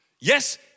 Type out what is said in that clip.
Yes